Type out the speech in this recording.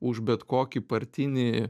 už bet kokį partinį